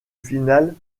finale